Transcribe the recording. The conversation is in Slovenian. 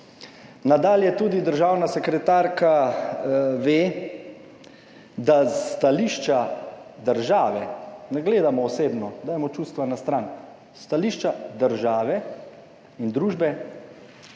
Nadalje državna sekretarka ve tudi, da je s stališča države, ne gledamo osebno, dajemo čustva na stran, s stališča države in družbe,